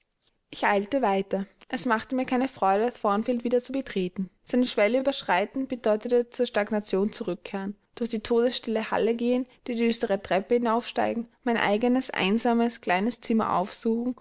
ich eilte weiter es machte mir keine freude thornfield wieder zu betreten seine schwelle überschreiten bedeutete zur stagnation zurückkehren durch die todesstille halle gehen die düstere treppe hinaufsteigen mein eigenes einsames kleines zimmer aufsuchen